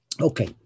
Okay